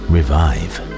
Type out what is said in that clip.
Revive